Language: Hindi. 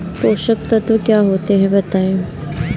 पोषक तत्व क्या होते हैं बताएँ?